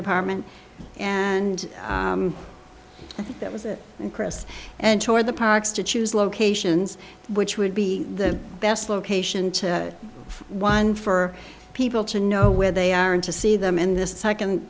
department and that was it chris and tore the parks to choose locations which would be the best location to one for people to know where they are and to see them in this second